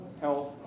health